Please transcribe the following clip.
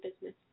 business